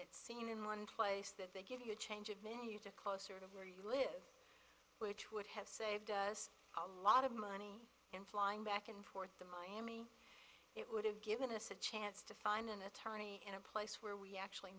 it seemed in one place that they give you a change of venue to closer to where you live which would have saved us a lot of money in flying back and forth to miami it would have given us a chance to find an attorney in a place where we actually